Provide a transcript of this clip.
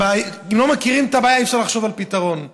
אם לא מכירים את הבעיה, אי-אפשר לחשוב על פתרון.